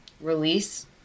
release